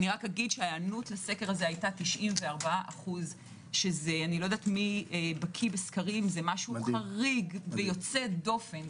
ההיענות לסקר הזה היתה 94%. זה משהו חריג ויוצא דופן.